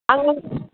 ꯑꯉꯥꯡ